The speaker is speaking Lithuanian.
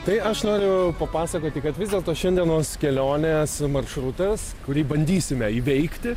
tai aš noriu papasakoti kad vis dėlto šiandienos kelionės maršrutas kurį bandysime įveikti